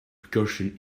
recursion